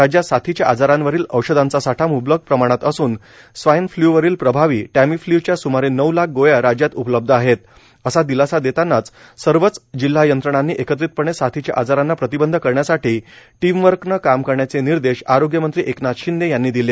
राज्यात साथीच्या आजारांवरील औषधांचा साठा मुबलक प्रमाणात असून स्वाईन फ्लूवरील प्रभावी टक्षीफ्लूच्या सुमारे नऊ लाख गोळ्या राज्यात उपलब्ध आहेत असा दिलासा देतानाच सर्वच जिल्हा यंत्रणांनी एकत्रितपणे साथीच्या आजारांना प्रतिबंध करण्यासाठी टीमवर्कने काम करण्याचे निर्देश आरोग्यमंत्री एकनाथ शिंदे यांनी दिले